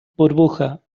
burbuja